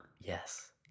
Yes